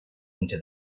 into